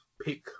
pick